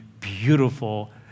beautiful